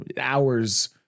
hours